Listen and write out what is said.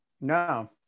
No